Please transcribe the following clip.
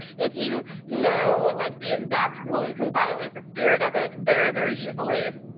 if you know, like, the exact rule, you can violate the spirit of it very, very easily.